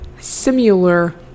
similar